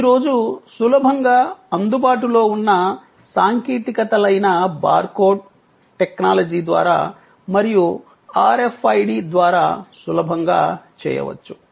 ఈ రోజు సులభంగా అందుబాటులో ఉన్న సాంకేతికతలైన బార్ కోడ్ టెక్నాలజీ ద్వారా మరియు RFID ద్వారా సులభంగా చేయవచ్చు